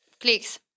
Clicks